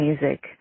music